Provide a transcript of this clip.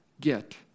get